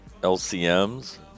LCMs